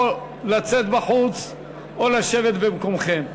או לצאת החוצה או לשבת במקומכם.